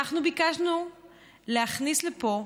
אנחנו ביקשנו להכניס לפה,